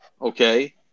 Okay